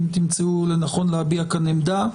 אם תמצאו לנכון להביע כאן עמדה.